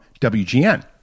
WGN